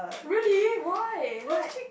really why like